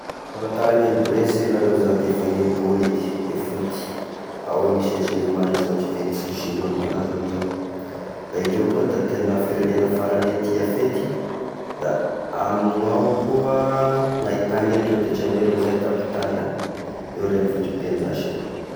Fahafatagny any Bresile ah lo zao de efa ny bôly eky i footy, ao i misy andry Neymar izy amy ny ndry Vinicus Junior malaza amy izao, da indreo ko da tegna firegnena faragny tia fety ,da amigny ao koa ny ahitany Rio de Janiero izay, capitale any, io renivohitry be ny zashy io.